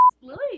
Lily